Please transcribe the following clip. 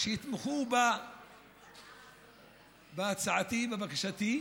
יתמכו בהצעתי, בבקשתי.